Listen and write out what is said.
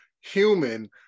human